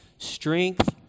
strength